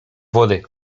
wody